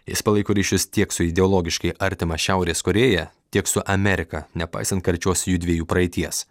jis palaiko ryšius tiek su ideologiškai artima šiaurės korėja tiek su amerika nepaisant karčios jųdviejų praeities